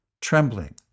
trembling